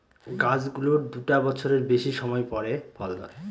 গাছ গুলোর দুটা বছরের বেশি সময় পরে ফল ধরে